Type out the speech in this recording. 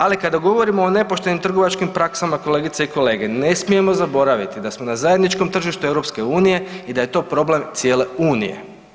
Ali kada govorimo o nepoštenim trgovačkim praksama kolegice i kolege ne smijemo zaboraviti da smo na zajedničkom tržištu EU i da je to problem cijene unije.